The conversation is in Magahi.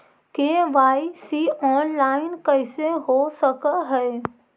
के.वाई.सी ऑनलाइन कैसे हो सक है?